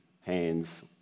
hands